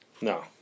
No